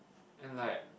and like